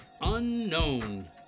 Unknown